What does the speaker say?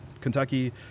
Kentucky